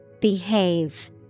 Behave